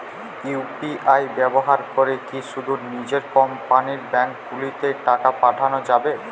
UPI ব্যবহার করে কি শুধু নিজের কোম্পানীর ব্যাংকগুলিতেই টাকা পাঠানো যাবে?